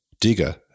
Digger